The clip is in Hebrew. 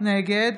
נגד